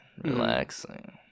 relaxing